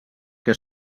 que